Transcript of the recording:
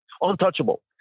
untouchable